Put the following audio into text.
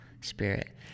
spirit